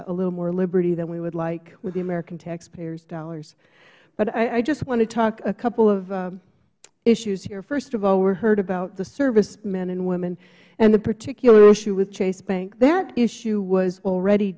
a little more liberty than we would like with the american taxpayers dollars but i just want to talk about a couple of issues here first of all we heard about the service men and women and the particular issue with chase bank that issue was already